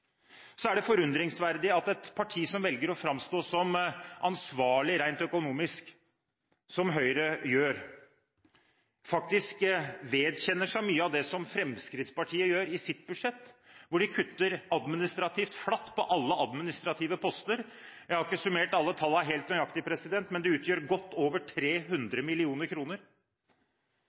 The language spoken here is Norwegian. Så er det forundringsverdig at et parti som velger å framstå som ansvarlig rent økonomisk, som Høyre gjør, faktisk vedkjenner seg mye av det som Fremskrittspartiet gjør i sitt budsjett, hvor de kutter administrativt flatt på alle administrative poster. Jeg har ikke summert alle tallene helt nøyaktig, men det utgjør godt over 300